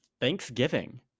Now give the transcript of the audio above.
Thanksgiving